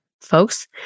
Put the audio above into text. folks